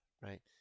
right